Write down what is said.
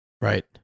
Right